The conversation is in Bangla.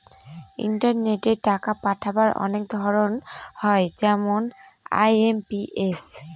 ইন্টারনেটে টাকা পাঠাবার অনেক ধরন হয় যেমন আই.এম.পি.এস